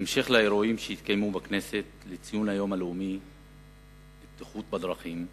בהמשך לאירועים שהתקיימו בכנסת לציון היום הלאומי לבטיחות בדרכים,